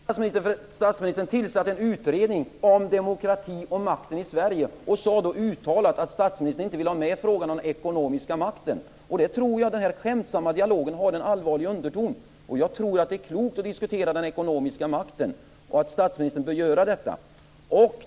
Fru talman! Frågan är viktig. Statsministern har tillsatt en utredning om demokrati och makten i Sverige och sade då att statsministern inte ville ha med frågan om den ekonomiska makten. Jag tror att den här skämtsamma dialogen har en allvarlig underton. Jag tror att det är klokt att diskutera den ekonomiska makten, och att statsministern bör göra det.